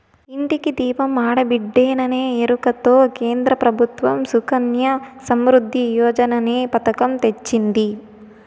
ఇంటికి దీపం ఆడబిడ్డేననే ఎరుకతో కేంద్ర ప్రభుత్వం సుకన్య సమృద్ధి యోజననే పతకం తెచ్చింది